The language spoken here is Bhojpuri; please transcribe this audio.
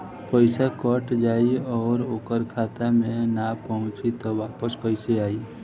पईसा कट जाई और ओकर खाता मे ना पहुंची त वापस कैसे आई?